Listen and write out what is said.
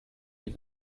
die